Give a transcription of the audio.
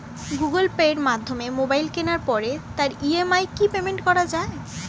Google pay মাধ্যমে mobile কেনার পরে তার ই.এম.আই কি পেমেন্ট করা যায়?